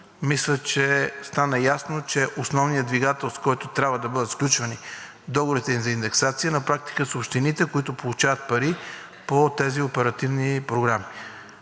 Мисля, че стана ясно, че основният двигател, с който трябва да бъдат сключвани договорите за индексация, на практика са общините, които получават пари по тези оперативни програми.